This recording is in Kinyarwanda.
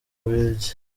bubiligi